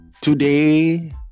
today